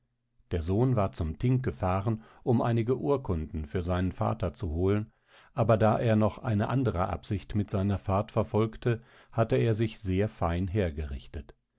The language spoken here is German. der sohn war zum thing gefahren um einige urkunden für seinen vater zu holen aber da er noch eine andre absicht mit seiner fahrt verfolgte hatte er sich sehr fein hergerichtet